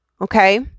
Okay